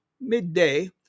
midday